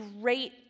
great